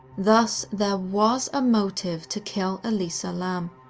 thus, there was a motive to kill elisa lam.